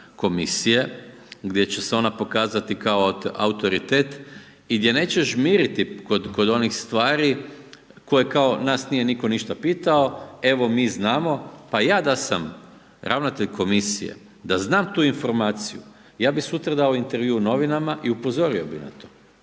Komisije, gdje će se ona pokazati kao autoritet i gdje neće žmiriti kod onih stvari, koje kao nas nije nitko ništa pitao, evo mi znamo. Pa ja da sam ravnatelj komisije, da znam tu informaciju, ja bi sutra dao intervju u novinama i upozorio na to.